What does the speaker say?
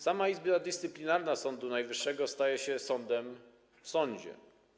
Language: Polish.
Sama Izba Dyscyplinarna Sądu Najwyższego staje się sądem w sądzie.